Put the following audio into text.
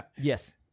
Yes